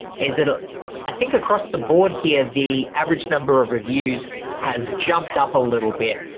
is that ah i think across the board here, the average number of reviews has jumped up a little bit,